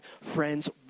Friends